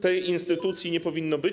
Tej instytucji nie powinno być.